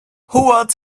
what